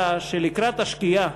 היה שלקראת השקיעה,